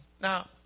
Now